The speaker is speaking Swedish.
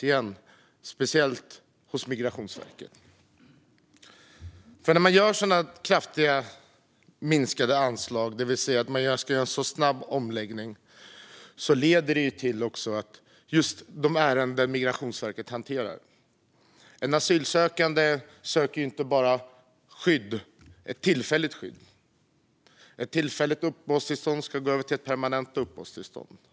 När man gör en snabb omläggning på grund av kraftigt minskade anslag får det konsekvenser för de ärenden som Migrationsverket hanterar. En asylsökande söker ju inte bara ett tillfälligt skydd. Ett tillfälligt uppehållstillstånd ska övergå till ett permanent uppehållstillstånd.